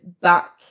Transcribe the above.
back